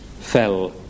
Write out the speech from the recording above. fell